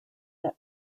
that